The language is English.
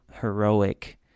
heroic